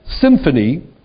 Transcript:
symphony